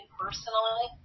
personally